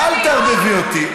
אל תערבבי אותי.